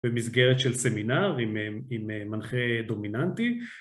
במסגרת של סמינר עם מנחה דומיננטי